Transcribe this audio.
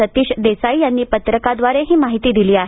सतीश देसाई यांनी पत्रकाद्वारे ही माहिती दिली आहे